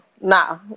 nah